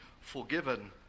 forgiven